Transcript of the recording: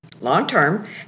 long-term